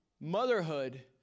Motherhood